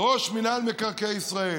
ראש מינהל מקרקעי ישראל